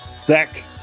Zach